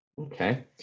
Okay